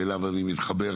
ואליה אני מתחבר,